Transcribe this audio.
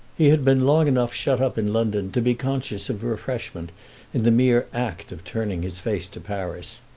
he had been long enough shut up in london to be conscious of refreshment in the mere act of turning his face to paris.